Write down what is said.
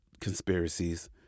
conspiracies